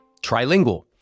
Trilingual